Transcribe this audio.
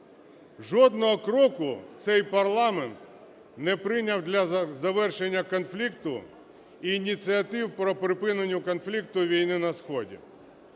Жодного кроку цей парламент не прийняв для завершення конфлікту і ініціатив по припиненню конфлікту і війни на сході.